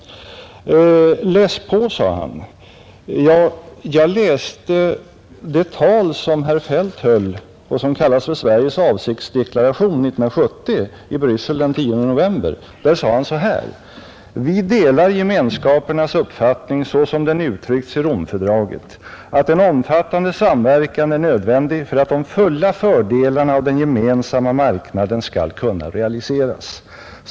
Läs på! sade herr Feldt också. Ja, jag läste det tal som herr Feldt höll i Bryssel den 10 november 1970 och som kallas för Sveriges avsiktsdeklaration. Då sade herr Feldt så här: ”Vi delar gemenskapernas uppfattning såsom den uttryckts i Romfördraget att en omfattande samverkan är nödvändig för att de fulla fördelarna av den gemensamma marknaden skall kunna realiseras.